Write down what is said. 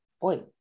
boy